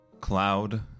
Cloud